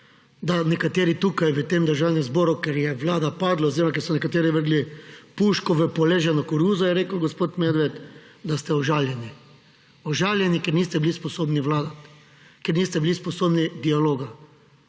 da nekateri tukaj v tem državnem zboru, ker je vlada padla oziroma ker so nekateri vrgli puško v poleženo koruzo, je rekel gospod Medved, da ste užaljeni. Užaljeni, ker niste bili sposobni vladati, ker niste bili sposobni dialoga.